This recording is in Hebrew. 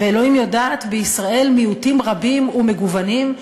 ואלוהים יודעת, בישראל מיעוטים רבים ומגוונים.